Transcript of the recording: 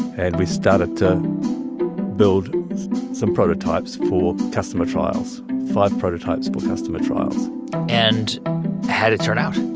and we started to build some prototypes for customer trials five prototypes for customer trials and how'd it turn out?